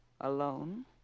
alone